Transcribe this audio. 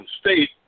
state